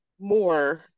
more